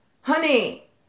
honey